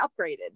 upgraded